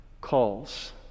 calls